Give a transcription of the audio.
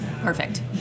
Perfect